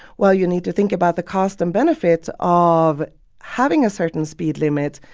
well, you need to think about the cost and benefits of having a certain speed limit.